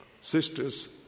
Sisters